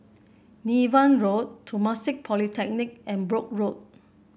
Niven Road Temasek Polytechnic and Brooke Road